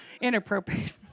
inappropriate